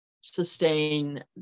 sustain